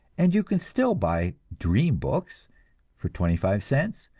and you can still buy dream books for twenty-five cents,